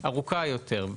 ארוכה יותר.